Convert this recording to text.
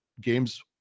games